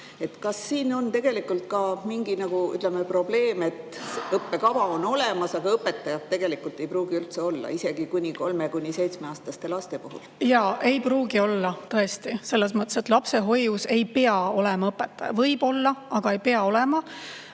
Kas siin on ka mingi, ütleme, probleem, et õppekava on olemas, aga õpetajat tegelikult ei pruugi üldse olla, isegi kolme‑ kuni seitsmeaastaste laste puhul? Jaa, ei pruugi olla, tõesti. Selles mõttes, et lapsehoius ei pea olema õpetaja – võib olla, aga ei pea olema.